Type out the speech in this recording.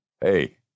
Hey